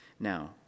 Now